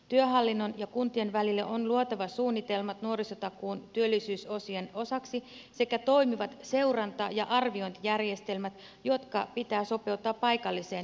työhallinnon ja kuntien välille on luotava suunnitelmat nuorisotakuun työllisyysosien osaksi sekä toimivat seuranta ja arviointijärjestelmät jotka pitää sopeuttaa paikalliseen ympäristöön